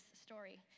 story